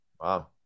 wow